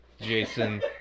Jason